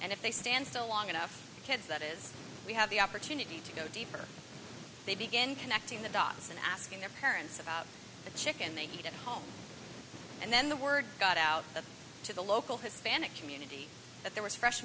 and if they stand still long enough kids that is we have the opportunity to go deeper they begin connecting the dots and asking their parents about the chicken they eat at home and then the word got out to the local hispanic community that there was fresh